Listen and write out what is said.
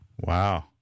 Wow